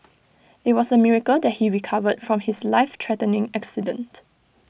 IT was A miracle that he recovered from his life threatening accident